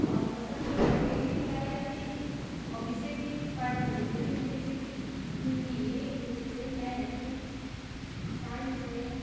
और पसंद भी है खेल भी खिलाए जाते है और विषय भी पठ्यक्रम विषय भी जैसे कि हिन्दी है इंग्लिस है मैथ है साइंस है